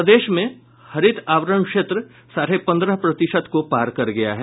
प्रदेश में हरित आवरण क्षेत्र साढ़े पंद्रह प्रतिशत को पार कर गया है